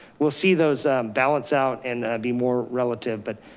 we'll see those balance out and be more relative. but